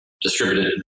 distributed